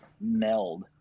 meld